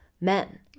men